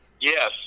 Yes